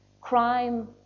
crime